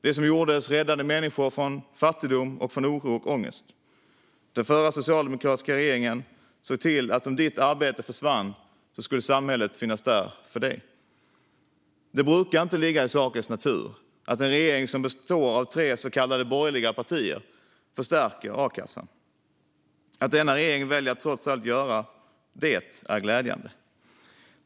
Det som gjordes räddade människor från fattigdom och från oro och ångest. Den förra socialdemokratiska regeringen såg till att om ditt arbete försvann skulle samhället finnas där för dig. Det brukar inte ligga i sakens natur att en regering som består av tre så kallade borgerliga partier förstärker a-kassan. Att denna regering väljer att trots allt göra detta är glädjande.